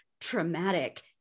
traumatic